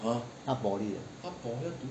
他 poly 的